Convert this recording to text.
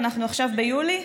אנחנו עכשיו ביולי,